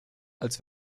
als